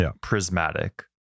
prismatic